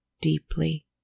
deeply